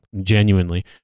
Genuinely